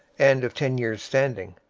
and of ten years' standing.